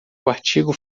artigo